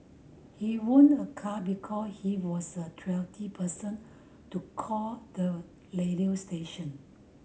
he won a car because he was a twenty person to call the radio station